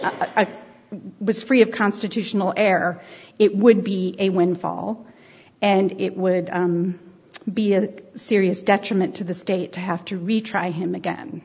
based was free of constitutional err it would be a windfall and it would be a serious detriment to the state to have to retry him again